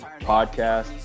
podcast